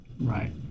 Right